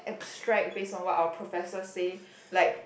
abstract based on what our professor say like